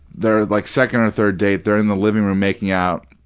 their, like, second or third date, they're in the living room making out,